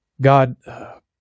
God